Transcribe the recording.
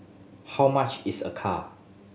how much is a car